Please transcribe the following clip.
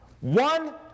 One